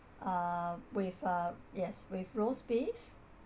uh with uh yes with roast beef